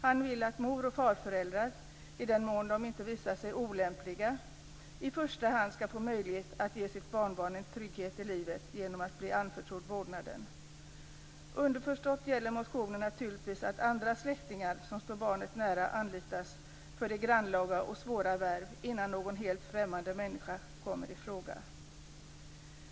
Han vill att mor och farföräldrar, i den mån som de inte visar sig vara olämpliga, i första hand skall få möjlighet att ge sitt barnbarn en trygghet i livet genom att bli anförtrodd vårdnaden. Underförstått gäller motionen naturligtvis att andra släktingar som står barnet nära anlitas för detta grannlaga och svåra värv innan någon helt främmande människa kommer i fråga.